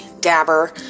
dabber